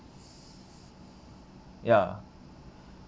ya